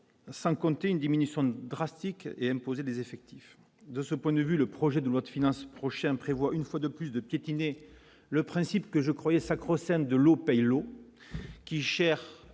sans compter une diminution drastique et imposer des effectifs, de ce point de vue, le projet de loi de finances prochain prévoit une fois de plus, de piétiner le principe que je croyais sacro-sainte de l'eau paye l'eau, qui cherche